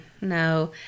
No